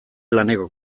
laneko